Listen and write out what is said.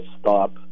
stop